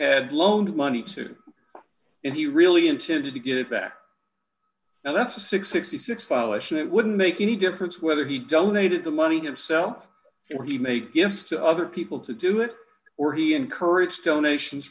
had loaned money to and he really intended to give it back that's a six sixty six dollars polish it wouldn't make any difference whether he donated the money himself or he made gifts to other people to do it or he encouraged donations